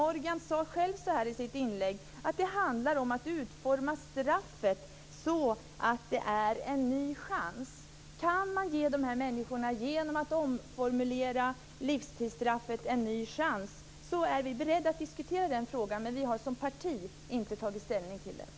Morgan sade själv i sitt inlägg att det handlar om att utforma straffet så att det blir en ny chans. Kan man ge de här människorna en ny chans genom att omformulera livstidsstraffet, är vi beredda att diskutera den frågan. Vi har dock inte som parti tagit ställning till detta.